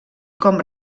com